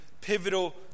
pivotal